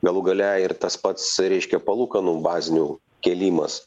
galų gale ir tas pats reiškia palūkanų bazinių kėlimas